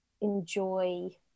enjoy